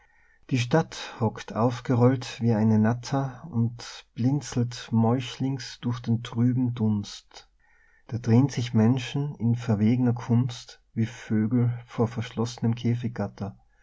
die stadt hockt aufgerollt wie eine natter und blinzelt meuchlings durch den trüben dunst da drehn sich menschen in verwegner kunst wie vögel vor verschlossnem